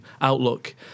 outlook